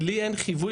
לי אין חיווי